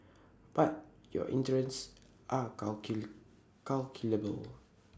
but your interests are calculable